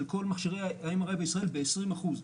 של כל מכשירי ה-MRI בישראל ב-20%.